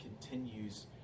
continues